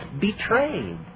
betrayed